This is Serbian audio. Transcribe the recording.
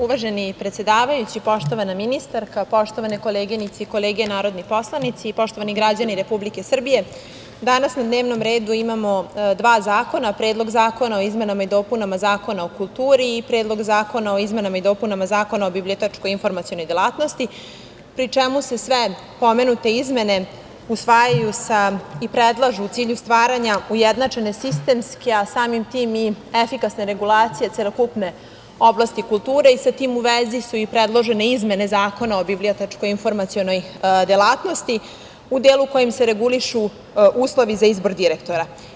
Uvaženi predsedavajući, poštovana ministarka, poštovane koleginice i kolege narodni poslanici, poštovani građani Republike Srbije, danas na dnevnom redu imamo dva zakona – Predlog zakona o izmenama i dopunama Zakona o kulturi i Predlog zakona o izmenama i dopunama Zakona o bibliotečko-informacionoj delatnosti, pri čemu se sve pomenute izmene usvajaju i predlažu u cilju stvaranje ujednačene sistemske, a samim tim i efikasne regulacije celokupne oblasti kulture i sa tim u vezi su i predložene izmene Zakona o bibliotečko-informacionoj delatnosti u delu kojim se regulišu uslovi za izbor direktora.